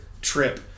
trip